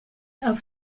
auf